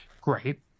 great